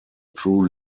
true